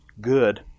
good